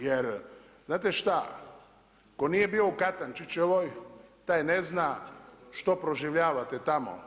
Jer znate šta, tko nije bio u Katančićevoj, taj ne zna što proživljavate tamo.